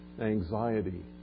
anxiety